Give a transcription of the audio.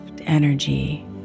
energy